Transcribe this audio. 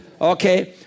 Okay